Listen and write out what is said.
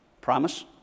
Promise